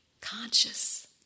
conscious